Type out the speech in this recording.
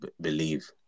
believe